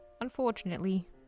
unfortunately